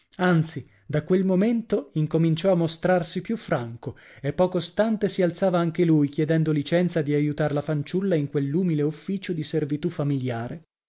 anzi da quel momento incominciò a mostrarsi più franco e poco stante si alzava anche lui chiedendo licenza di aiutar la fanciulla in quell'umile ufficio di servitù familiare